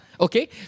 Okay